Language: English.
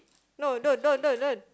no don't don't don't